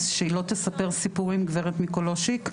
אז שהיא לא תספר סיפורים גב' מיקולשיק,